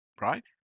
Right